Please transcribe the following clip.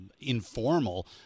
informal